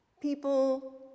people